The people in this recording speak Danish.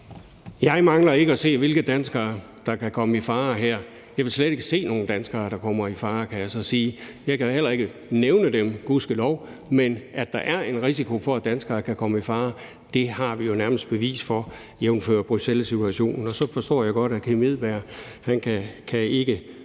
Jeg mangler ikke at se, hvilke danskere der kan komme i fare her. Jeg vil slet ikke se nogen danskere, der kommer i fare, kan jeg så sige. Jeg kan heller ikke nævne dem, gudskelov, men at der er en risiko for, at danskere kan komme i fare, har vi jo nærmest bevis for, jævnfør Bruxellessituationen. Og så forstår jeg godt, at Kim Edberg Andersen ikke